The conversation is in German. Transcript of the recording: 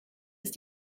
ist